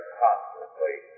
constantly